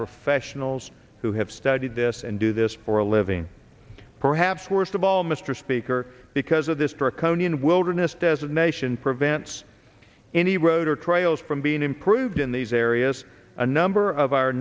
sessional who have studied this and do this for a living perhaps worst of all mr speaker because of this draconian wilderness designation prevents any road or trails from being improved in these areas a number of our